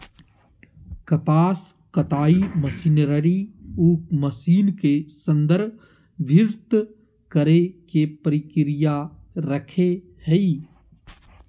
कपास कताई मशीनरी उ मशीन के संदर्भित करेय के प्रक्रिया रखैय हइ